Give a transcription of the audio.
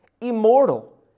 immortal